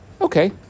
Okay